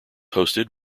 hosted